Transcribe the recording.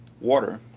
water